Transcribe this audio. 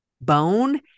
bone